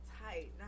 tight